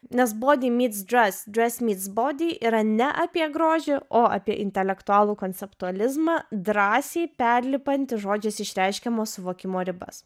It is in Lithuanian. nes body myts dres dres myts bidy yra ne apie grožį o apie intelektualų konceptualizmą drąsiai perlipantį žodžiais išreiškiamo suvokimo ribas